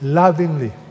lovingly